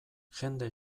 jende